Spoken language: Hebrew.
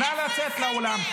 נא לצאת מהאולם.